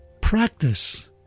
Practice